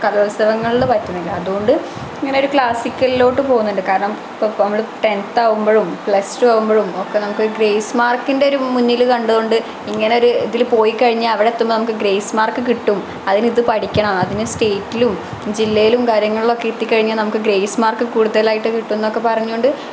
കലോത്സവങ്ങളിൽ പറ്റുന്നില്ല അതുകൊണ്ട് ഇങ്ങനെ ഒരു ക്ലാസിക്കലിലോട്ട് പോകുന്നുണ്ട് കാരണം ഇപ്പോള് നമ്മള് ടെന്ത് ആവുമ്പോഴും പ്ലസ്റ്റു ആവുമ്പോഴും ഒക്കെ നമുക്കൊരു ഗ്രേസ് മാർക്കിന്റെ ഒരു മുന്നില് കണ്ടുകൊണ്ട് ഇങ്ങനെയൊരു ഇതിൽ പോയി കഴിഞ്ഞാൽ അവിടെ എത്തുമ്പോൾ നമുക്ക് ഗ്രേസ് മാർക്ക് കിട്ടും അതിനിത് പഠിക്കണം അതിന് സ്റ്റേറ്റിലും ജില്ലയിലും കാര്യങ്ങളിലും എത്തിക്കഴിഞ്ഞാൽ നമുക്ക് ഗ്രേസ് മാർക്ക് കൂടുതലായിട്ട് കിട്ടുമെന്ന് ഒക്കെ പറഞ്ഞുകൊണ്ട്